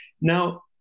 Now